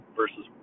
versus